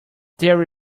there